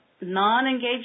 non-engaged